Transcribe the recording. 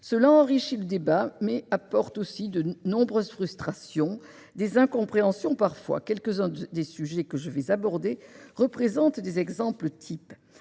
Cela enrichit le débat, mais apporte aussi de nombreuses frustrations et parfois des incompréhensions. Quelques-uns des sujets que je vais aborder en sont des exemples types.